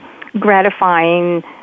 gratifying